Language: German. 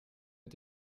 mit